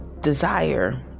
desire